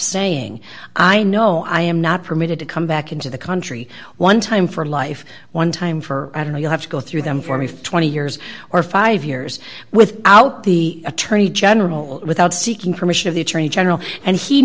saying i know i am not permitted to come back into the country one time for life one time for i don't know you have to go through them for me for twenty years or five years without the attorney general without seeking permission of the attorney general and he